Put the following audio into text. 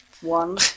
One